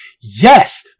Yes